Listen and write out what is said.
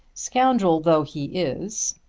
scoundrel though he is,